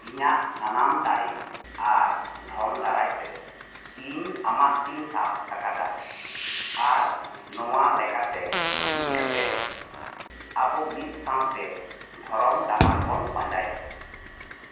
ᱤᱧᱟᱜ ᱥᱟᱱᱟᱢ ᱫᱟᱲᱮ ᱟᱨ ᱫᱷᱚᱱ ᱫᱟᱨᱟᱭ ᱛᱮ ᱤᱧ ᱟᱢᱟᱜ ᱛᱤᱧ ᱥᱟᱵ ᱟᱠᱟᱫᱟ ᱟᱨ ᱱᱚᱣᱟ ᱞᱮᱠᱟᱛᱮ ᱢᱤᱫ ᱠᱟᱛᱮ ᱟᱵᱚ ᱢᱤᱫ ᱥᱟᱶᱛᱮ ᱫᱷᱚᱨᱚᱢ ᱰᱟᱦᱟᱨ ᱵᱚᱱ ᱯᱟᱸᱡᱟᱭᱟ